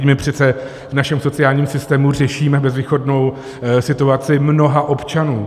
My přece v našem sociálním systému řešíme bezvýchodnou situaci mnoha občanů.